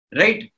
right